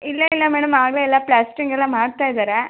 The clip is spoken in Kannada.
ಇಲ್ಲ ಇಲ್ಲ ಮೇಡಮ್ ಆಗಲೇ ಎಲ್ಲ ಪ್ಲಾಸ್ಟ್ರಿಂಗ್ ಎಲ್ಲ ಮಾಡ್ತಾ ಇದ್ದಾರೆ